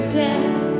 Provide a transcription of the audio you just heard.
death